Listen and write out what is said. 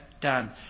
done